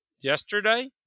yesterday